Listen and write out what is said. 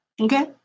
Okay